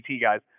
guys